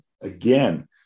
again